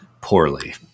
poorly